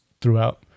throughout